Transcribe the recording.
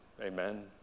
Amen